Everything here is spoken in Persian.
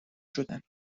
شدن